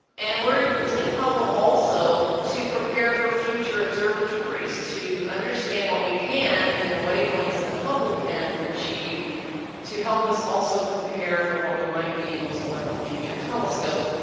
and we are using hubble also to prepare for future observatories, to understand what we can in the wavelengths that hubble can achieve to help us also prepare for what we might be able to learn with future telescopes.